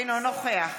אינו נוכח